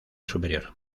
superior